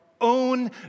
own